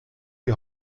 die